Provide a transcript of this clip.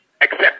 Accept